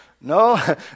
No